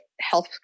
health